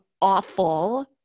awful